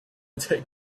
take